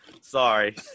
Sorry